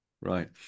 Right